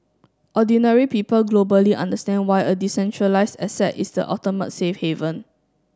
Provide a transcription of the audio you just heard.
ordinary people globally understand why a decentralised asset is the ultimate safe haven